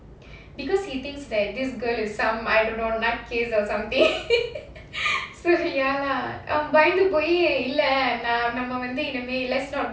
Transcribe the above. because he thinks that this girl is some I don't know nutcase or something so ya lah அவன் பயந்துபோய் இல்ல நாம வந்து இனிமே:avan bayanthupoi illa namma vandhu inimae let's not